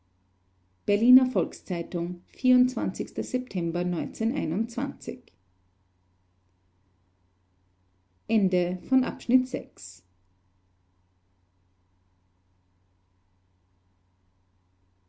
berliner volks-zeitung s september